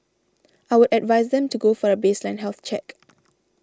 I would advise them to go for a baseline health check